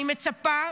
אני מצפה,